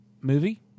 movie